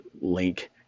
link